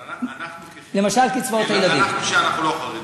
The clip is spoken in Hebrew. אבל אנחנו, שאנחנו לא חרדים,